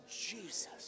Jesus